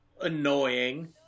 Annoying